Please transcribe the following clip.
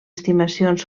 estimacions